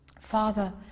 Father